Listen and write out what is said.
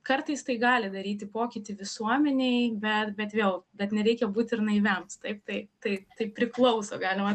kartais tai gali daryti pokytį visuomenei bet bet vėl bet nereikia būt ir naiviam taip tai tai tai priklauso galima